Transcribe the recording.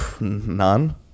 none